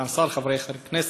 סגן השר, חברי הכנסת,